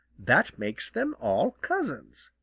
that makes them all cousins.